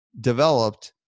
developed